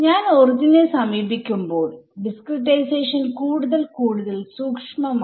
ഞാൻ ഒറിജിനെ സമീപിക്കുമ്പോൾ ഡിസ്ക്രിടൈസേഷൻകൂടുതൽ കൂടുതൽ സൂക്ഷ്മമാവും